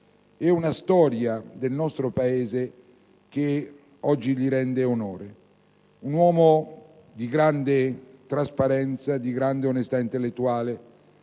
e una storia del nostro Paese che oggi gli rende onore: era un uomo di grande trasparenza, onestà intellettuale